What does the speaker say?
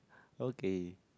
okay